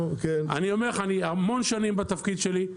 אני המון שנים בתפקיד שלי,